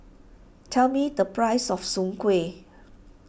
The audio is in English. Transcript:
tell me the price of Soon Kway